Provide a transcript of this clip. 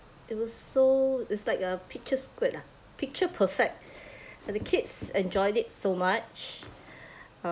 it was so it's like a picture ah picture perfect and the kids enjoyed it so much